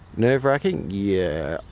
nerve racking? yeah.